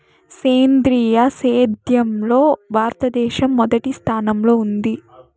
సేంద్రీయ సేద్యంలో భారతదేశం మొదటి స్థానంలో ఉంది